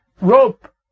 rope